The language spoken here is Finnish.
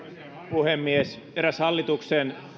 puhemies eräs hallituksen